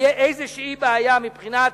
תהיה איזו בעיה מבחינת